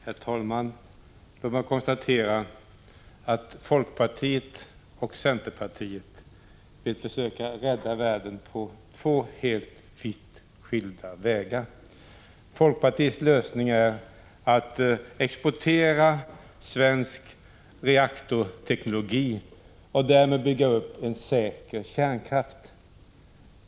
Herr talman! Låt mig konstatera att folkpartiet och centerpartiet vill försöka rädda världen på två vitt skilda sätt. Folkpartiets lösning är att exportera svensk reaktorteknologi och därmed bygga upp en säker kärnkraft.